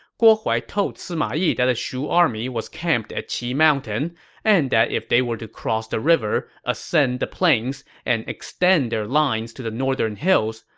guo huai told sima yi that the shu army was camped at qi mountain and that if they were to cross the river, ascend the plains, and extend their lines to the northern hills,